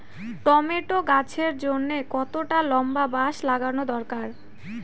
Tomato গাছের জন্যে কতটা লম্বা বাস লাগানো দরকার?